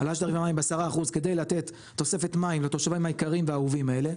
העלאה של עשרה אחוז כדי לתת תוספת מים לתושבים היקרים והאהובים האלה,